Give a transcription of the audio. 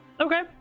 okay